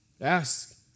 Ask